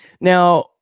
Now